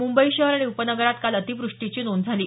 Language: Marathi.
मुंबई शहर आणि उपनगरात काल अतिवृष्टीची नोंद झाली